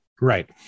Right